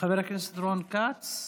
חבר הכנסת רון כץ,